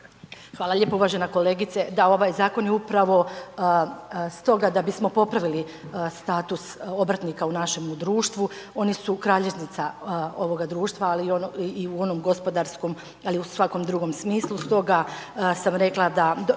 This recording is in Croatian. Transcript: Hvala lijepo. Uvažena kolegice. Da, ovaj zakon je upravo stoga da bismo popravili status obrtnika u našem društvu, oni su kralježnica ovoga društva, ali i u onom gospodarskom i u svakom drugom smislu.